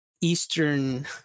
eastern